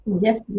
yes